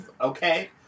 okay